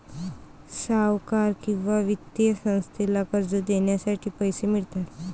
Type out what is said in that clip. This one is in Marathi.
सावकार किंवा वित्तीय संस्थेला कर्ज देण्यासाठी पैसे मिळतात